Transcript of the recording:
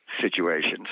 situations